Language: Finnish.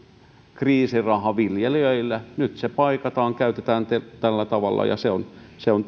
kriisiraha viljelijöille nyt se paikataan käytetään tällä tavalla ja se on se on